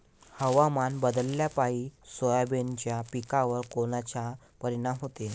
हवामान बदलापायी सोयाबीनच्या पिकावर कोनचा परिणाम होते?